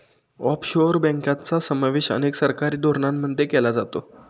offshore बँकांचा समावेश अनेक सरकारी धोरणांमध्ये केला जातो